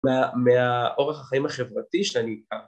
‫מהאורח החיים החברתי שאני